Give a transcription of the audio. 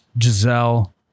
Giselle